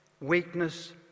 weakness